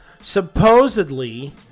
supposedly